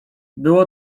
było